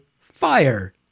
fire